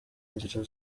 nzira